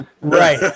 Right